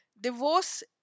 Divorce